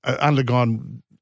undergone